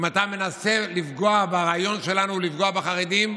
אם אתה מנסה לפגוע ברעיון שלנו לפגוע בחרדים,